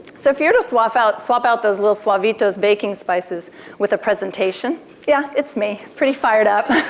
so if you are to swap out swap out those little suavitos baking spices with a presentation yeah, it's me, pretty fired up.